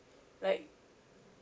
like